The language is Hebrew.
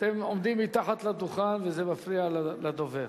אתם עומדים מתחת לדוכן, וזה מפריע לדובר.